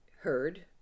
heard